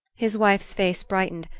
his wife's face brightened,